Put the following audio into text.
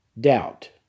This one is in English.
doubt